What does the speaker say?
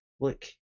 Look